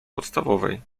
podstawowej